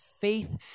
Faith